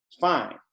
Fine